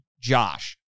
Josh